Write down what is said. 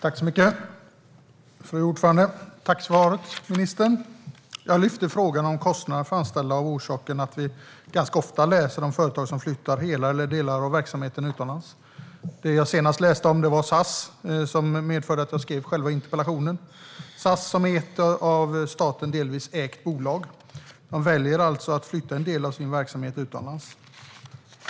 Fru talman! Tack för svaret, ministern! Jag lyfte fram frågan om kostnaderna för att anställa eftersom vi ganska ofta läser om företag som flyttar hela eller delar av verksamheten utomlands. Det jag senast läste om var SAS, vilket medförde att jag skrev själva interpellationen. SAS som är ett av staten delvis ägt bolag väljer att flytta en del av sin verksamhet utomlands.